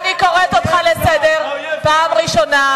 איך אתה שולט בשיח'-מוניס בלי תנ"ך?